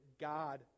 God